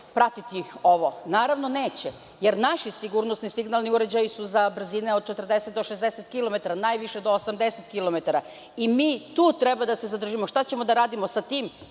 pratiti ovo. Naravno neće, jer naši sigurnosti signalni uređaji su za brzine od 40 do 60 kilometara, najviše do 80 kilometara i mi tu treba da se zadržimo. Šta ćemo da radimo sa tim